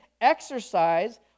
exercise